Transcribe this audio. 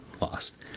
lost